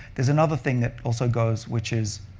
there's another thing that also goes, which is